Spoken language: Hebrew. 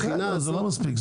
זה לא מספיק.